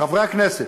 חברי הכנסת,